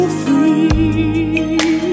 free